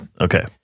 Okay